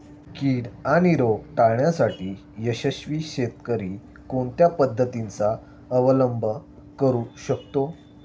कीड आणि रोग टाळण्यासाठी यशस्वी शेतकरी कोणत्या पद्धतींचा अवलंब करू शकतो?